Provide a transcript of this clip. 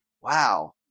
wow